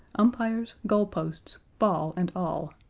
umpires, goal-posts, ball, and all.